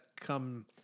come